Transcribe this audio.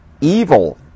evil